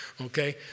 Okay